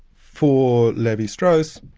for levi-strauss,